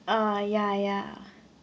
ah ya ya